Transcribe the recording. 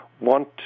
want